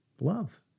Love